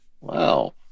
Wow